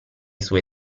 sue